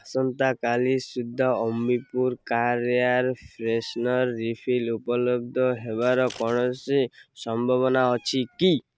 ଆସନ୍ତାକାଲି ସୁଦ୍ଧା Ambi Pur car air freshener refill ଉପଲବ୍ଧ ହେବାର କୌଣସି ସମ୍ଭାବନା ଅଛି କି